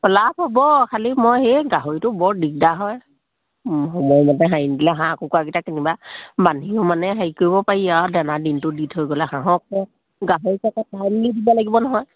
লাভ হ'ব খালি মই সেই গাহৰিটো বৰ দিগদাৰ হয় সময়মতে হেৰি নিদিলে হাঁহ কুকুৰাকেইটা যেনিবা বান্ধিও মানে হেৰি কৰিব পাৰি আৰু দানা দিনটো দি থৈ গ'লে হাঁহক গাহৰিক আকৌ টাইমলি দিব লাগিব নহয়